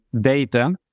data